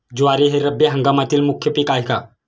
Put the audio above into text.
ज्वारी हे रब्बी हंगामातील मुख्य पीक आहे का?